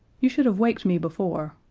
you should have waked me before.